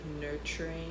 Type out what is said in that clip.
nurturing